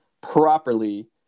properly